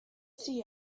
see